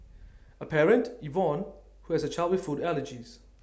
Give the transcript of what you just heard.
A parent Yvonne who has A child with food allergies